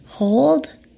Hold